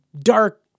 dark